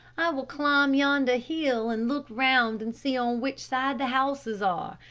i will climb yonder hill and look around and see on which side the houses are.